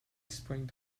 sprang